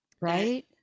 Right